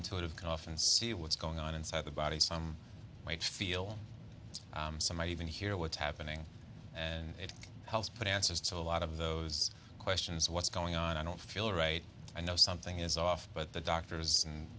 intuitive can often see what's going on inside the body some might feel some might even hear what's happening and it helps put answers to a lot of those questions what's going on i don't feel right i know something is off but the doctors and